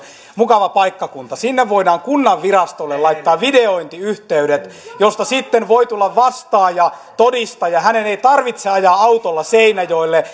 mukava paikkakunta että sinne voidaan kunnanvirastolle laittaa videointiyhteydet josta sitten voi tulla vastaaja todistaja hänen ei tarvitse ajaa autolla seinäjoelle